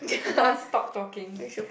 non stop talking